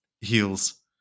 heals